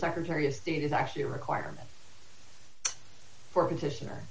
secretary of state is actually a requirement for condition or